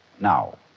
Now